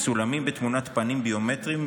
מצולמים בתמונת פנים ביומטרית,